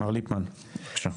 מר ליפמן, בבקשה.